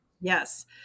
Yes